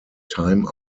time